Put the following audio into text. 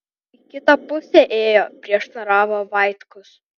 į kitą pusę ėjo prieštaravo vaitkus